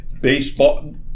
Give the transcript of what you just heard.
baseball